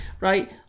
right